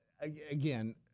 again